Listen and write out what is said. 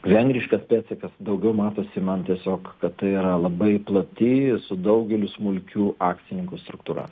vengriškas pėdsakas daugiau matosi man tiesiog kad tai yra labai plati su daugeliu smulkių akcininkų struktūra